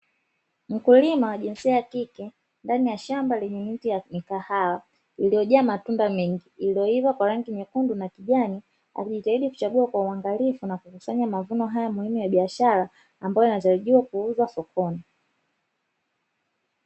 Mkulima wa jinsia ya kike ndani ya shamba lenye miti ya mikahawa, iliyojaa matunda mengi iliyoiva kwa rangi nyekundu na kijani, akijitahidi kuchagua kwa uangalifu na kukusanya mavuno haya muhimu ya biashara ambayo yanatarajiwa kuuzwa sokoni.